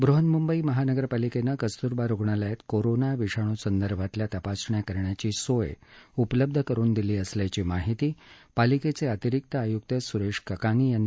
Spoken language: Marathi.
बृहन्मुंबई महानगरपालिकेनं कस्तुरबा रुग्णालयात कोरोना विषाणूसंदर्भातल्या तपासण्या करण्याची सोय उपलब्ध करून दिली असल्याची माहिती पालिकेचे अतिरिक्त आयुक्त सुरेश ककानी यांनी दिली आहे